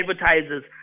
advertisers